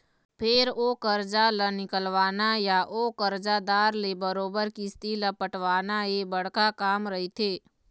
फेर ओ करजा ल निकलवाना या ओ करजादार ले बरोबर किस्ती ल पटवाना ये बड़का काम रहिथे